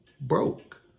broke